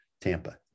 Tampa